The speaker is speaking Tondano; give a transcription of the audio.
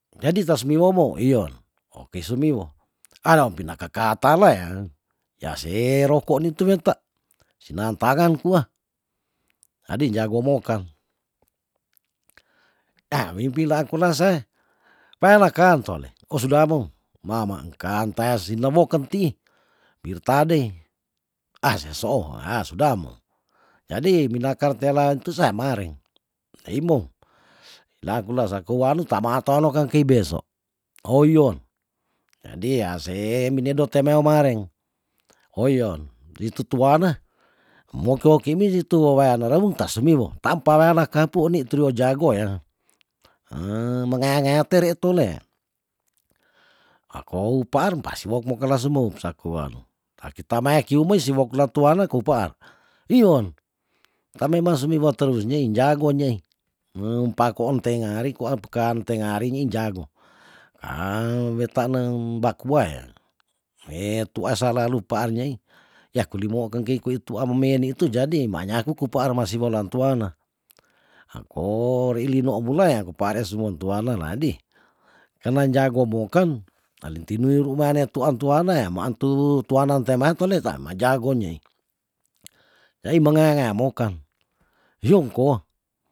Jadi taso miwomo iyon oki sumiwo ada mo pindah kakataleien yah se roko nitu weta sinan tangan kwa jadi jago mokang ah wimpilakulase peilakaantole kosudabong mama ngkante sinobokenti bir tadei ah sesoo ah sudahmo jadi minakar telantu sama reen ndeimo ilagula sakowang tamateno kengkei beso ohiyon jadi yah se minedot temeo mareng ohiyon itu tuana moke okimi tu weweana da munta sumiwo tamparana kapuni tudo jagoen mengeangea teri tule akou paan pasiwok mokela sumoup sakoan taki tamei ki umei si wokela tuana koupaan iyon ta meima sumiwe terunyei njago nyei pakoon tenga hari kwa pekaan tenga hari nyeii njago ah weta neng bakuaen wetuaa salalu paar nyei yakuli mou kengkei kuetuaa momenitu jadi manyaku kupaar masih wolaan tuana haa korei lino bulayan pare sumoon tuana nadi karna jago moken palintinu yuru mane tuan tuanae maantu tuana nte mato neta ma jago nyei, nye menganga mokang hyungkoa